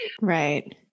Right